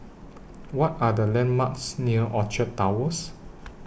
What Are The landmarks near Orchard Towers